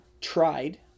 tried